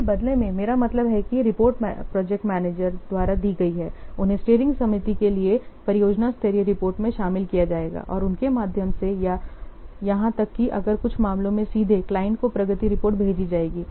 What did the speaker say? फिर बदले में मेरा मतलब है कि ये रिपोर्ट प्रोजेक्ट मैनेजर द्वारा दी गई हैं उन्हें स्टीयरिंग समिति के लिए परियोजना स्तरीय रिपोर्ट में शामिल किया जाएगा और उनके माध्यम से या यहां तक कि अगर कुछ मामलों में सीधे क्लाइंट को प्रगति रिपोर्ट भेजी जाएगी